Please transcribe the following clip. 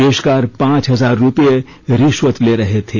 पेशकार पांच हजार रुपये रिश्वत ले रहे थे